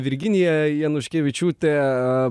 virginija januškevičiūtė